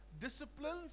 disciplines